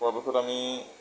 পৰাপক্ষত আমি